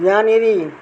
यहाँनेरि